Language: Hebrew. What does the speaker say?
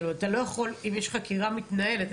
אתה לא יכול אם יש חקירה מתנהלת.